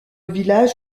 village